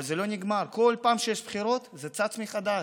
אבל זה לא נגמר: כל פעם שיש בחירות זה צץ מחדש.